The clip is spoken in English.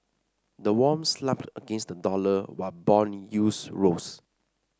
the won slumped against the dollar while bond yields rose